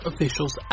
officials